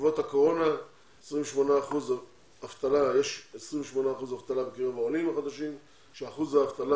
בעקבות הקורונה יש 28% אבטלה בקרב העולים החדשים כשאחוז האבטלה